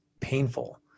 painful